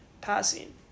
passing